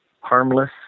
harmless